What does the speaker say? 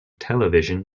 television